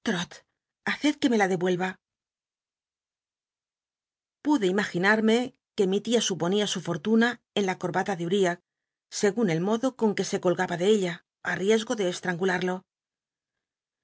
me la devuelva pude imaginarmc que mi tia suponía su fortuna en la corbata de uriah segun el modo con juc se colgaba de ella á ricsgo de estrangulado